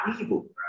evil